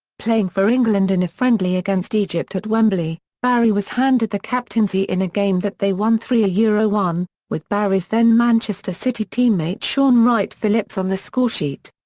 playing for england in a friendly against egypt at wembley, barry was handed the captaincy in a game that they won three ah one, with barry's then manchester city teammate shaun wright-phillips on the scoresheet.